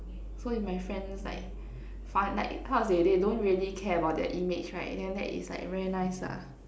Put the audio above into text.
so if my friends like fun like how to say they don't really care about their image right then that is like very nice lah